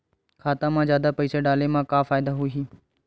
खाता मा जादा पईसा डाले मा का फ़ायदा होही?